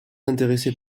intéressée